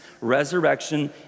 Resurrection